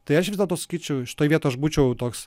tai aš vis dėlto sakyčiau šitoj vietoj aš būčiau toks